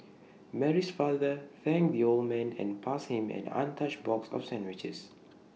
Mary's father thanked the old man and passed him an untouched box of sandwiches